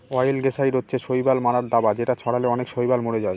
অয়েলগেসাইড হচ্ছে শৈবাল মারার দাবা যেটা ছড়ালে অনেক শৈবাল মরে যায়